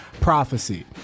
Prophecy